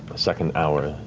second hour,